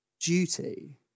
duty